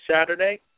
saturday